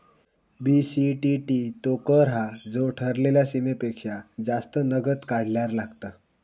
BCTT तो कर हा जो ठरलेल्या सीमेपेक्षा जास्त नगद काढल्यार लागता